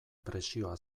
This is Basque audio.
presioa